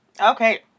Okay